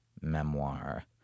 memoir